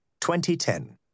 2010